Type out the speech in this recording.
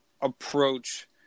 approach